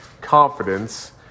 confidence